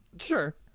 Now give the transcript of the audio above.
Sure